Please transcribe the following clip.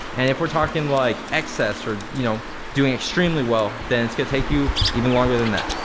and if we're talking like excess or you know doing extremely well, then it's gonna take you even longer than that.